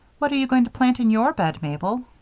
what are you going to plant in your bed, mabel?